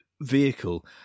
vehicle